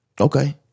Okay